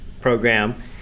program